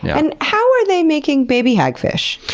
yeah and how are they making baby hagfish?